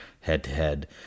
head-to-head